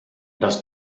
das